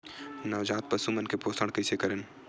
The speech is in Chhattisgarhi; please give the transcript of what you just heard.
नवजात पशु मन के पोषण कइसे करन?